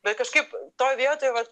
bet kažkaip toj vietoj vat